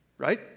Right